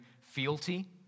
fealty